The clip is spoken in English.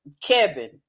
Kevin